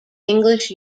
english